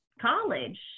college